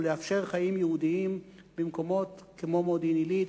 הוא לאפשר חיים יהודיים במקומות כמו מודיעין-עילית,